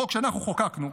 חוק שאנחנו חוקקנו,